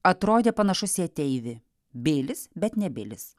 atrodė panašus į ateivį bilis bet ne bilis